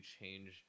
change